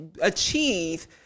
achieve